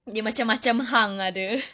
dia macam-macam hang ada